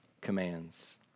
commands